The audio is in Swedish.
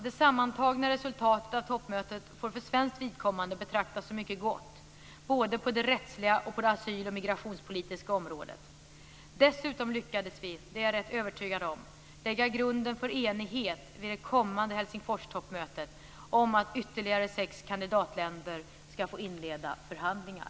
Det sammantagna resultatet av toppmötet får för svenskt vidkommande betraktas som mycket gott, både på det rättsliga och på det asyl och migrationspolitiska området. Dessutom lyckades vi, det är jag rätt övertygad om, lägga grunden för enighet vid det kommande Helsingforstoppmötet om att ytterligare sex kandidatländer ska få inleda förhandlingar.